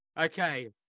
Okay